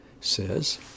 says